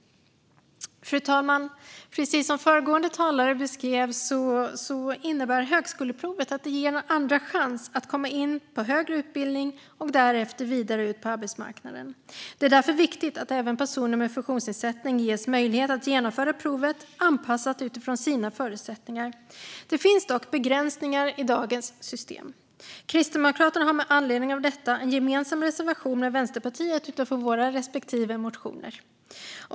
Fru talman! Som föregående talare beskrev innebär högskoleprovet en andra chans att komma in på högre utbildning och därefter vidare ut på arbetsmarknaden. Det är därför viktigt att även personer med funktionsnedsättning ges möjlighet att genomföra provet anpassat utifrån sina förutsättningar. Det finns dock begränsningar i dagens system. Kristdemokraterna har med anledning av detta en gemensam reservation med Vänsterpartiet utifrån våra respektive motioner.